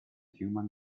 human